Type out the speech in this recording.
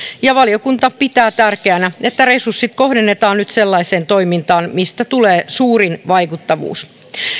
valiokunta pitää tärkeänä että resurssit kohdennetaan nyt sellaiseen toimintaan mistä tulee suurin vaikuttavuus